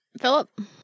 Philip